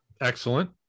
Excellent